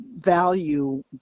value